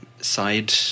side